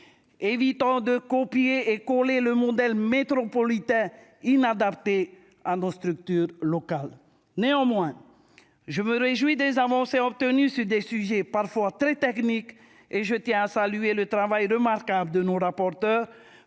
Évitons de copier et coller le modèle métropolitain, inadapté à nos structures locales ! Néanmoins, je me réjouis des avancées obtenues sur des sujets parfois très techniques et je tiens à saluer le travail remarquable des rapporteurs,